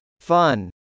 Fun